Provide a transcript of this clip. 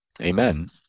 Amen